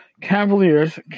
Cavaliers